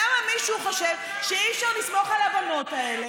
למה מישהו חושב שאי-אפשר לסמוך על הבנות האלה,